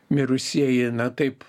mirusieji na taip